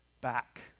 back